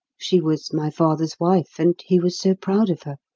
she was my father's wife, and he was so proud of her,